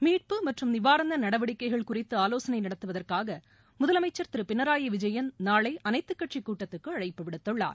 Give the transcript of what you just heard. மீட்பு மற்றும் நிவாரண நடவடிக்கைகள் குறித்து ஆலோசனை நடத்துவதற்காக முதலமைச்சர் திரு பினராயி விஜயன் நாளை அனைத்துக் கட்சி கூட்டத்திற்கு அழைப்பு விடுத்துள்ளார்